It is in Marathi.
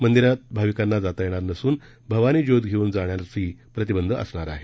मंदिरात भाविकांना जाता येणार नसून भवानी ज्योत धेऊन जाण्यासही प्रतिंबंध असणार आहे